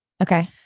okay